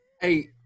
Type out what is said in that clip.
hey